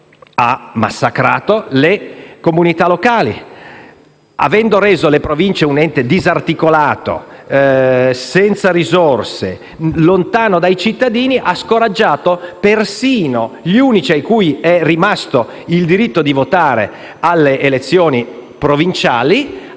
ha massacrato le comunità locali: avendo reso le Province un ente disarticolato, senza risorse, lontano dai cittadini, ha scoraggiato perfino gli unici a cui è rimasto il diritto di votare alle elezioni provinciali,